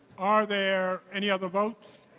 are there any other votes?